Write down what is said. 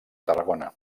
tarragona